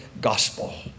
gospel